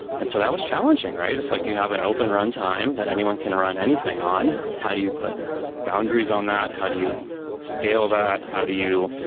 and so that was challenging, right? it's like you have an open runtime that anyone can run anything on. how do you put boundaries on that? how do you scale that? how do you